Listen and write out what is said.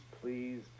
please